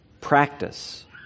practice